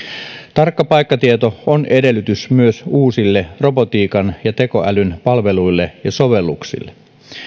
tarkka paikkatieto on edellytys myös uusille robotiikan ja tekoälyn palveluille ja sovelluksille